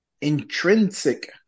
intrinsic